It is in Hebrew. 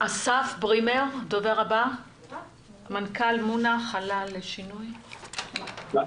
אסף ברימר מנכ"ל מונא חלל לשינוי בבקשה.